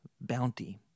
bounty